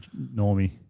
Normie